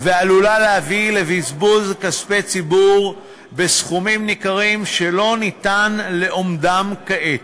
ועלולה להביא לבזבוז כספי ציבור בסכומים ניכרים שלא ניתן לאומדם כעת,